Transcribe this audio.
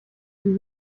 sie